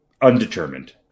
undetermined